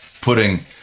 putting